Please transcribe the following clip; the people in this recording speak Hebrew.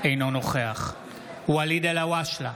אינו נוכח ואליד אלהואשלה,